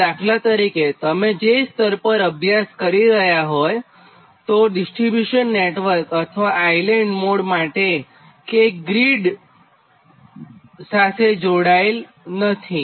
તો દાખલા તરીકે તમે જે સ્તર પર અભ્યાસ કરી રહ્યા હોય તો ડિસ્ટ્રીબ્યુશન નેટવર્ક અથવા આઇલેન્ડ મોડ માટે પણ કે ગ્રીડ સાથે જોડાયેલ નથી